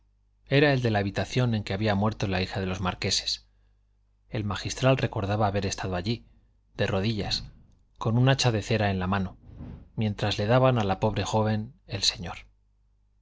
era el de la habitación en que había muerto la hija de los marqueses el magistral recordaba haber estado allí de rodillas con un hacha de cera en la mano mientras le daban a la pobre joven el señor